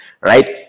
right